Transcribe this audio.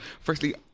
Firstly